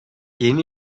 yeni